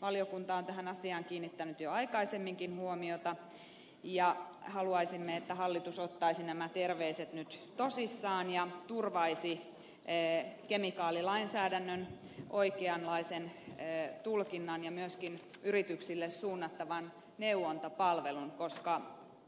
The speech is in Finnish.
valiokunta on tähän asiaan kiinnittänyt jo aikaisemminkin huomiota ja haluaisimme että hallitus ottaisi nämä terveiset nyt tosissaan ja turvaisi kemikaalilainsäädännön oikeanlaisen tulkinnan ja myöskin yrityksille suunnattavan neuvontapalvelun koska